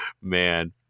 man